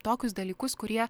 tokius dalykus kurie